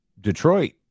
Detroit